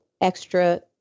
extra